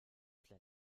der